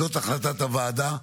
עד שלוש דקות לרשותך, בבקשה.